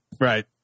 right